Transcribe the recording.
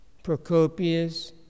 Procopius